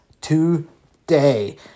today